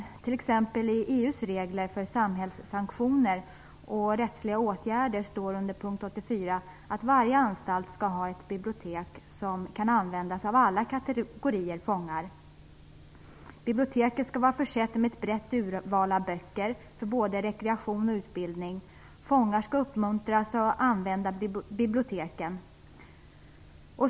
I t.ex. EU:s regler för samhällssanktioner och rättsliga åtgärder står det under punkten 84: Varje anstalt skall ha ett bibliotek som kan användas av alla kategorier fångar. Biblioteket skall vara försett med ett brett urval av böcker för både rekreation och utbildning. Fångar skall uppmuntras att använda biblioteken.